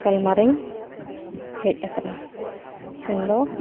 ᱜᱟᱞᱢᱟᱨᱟᱣᱤᱧ ᱦᱮᱡ ᱟᱠᱟᱱᱟ ᱢᱮᱱᱫᱚ